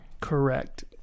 Correct